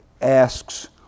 asks